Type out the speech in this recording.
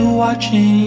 watching